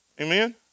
Amen